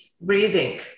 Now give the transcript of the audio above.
breathing